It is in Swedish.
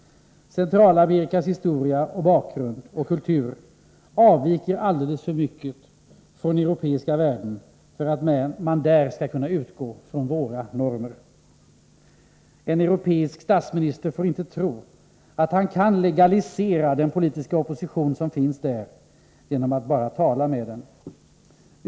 Centralamerikas historiska bakgrund och kultur avviker alldeles för mycket från europeiska värden för att man där skall kunna utgå från våra normer. En europeisk statsminister får inte tro att han kan ”legalisera” den politiska opposition som finns där bara genom att tala med den.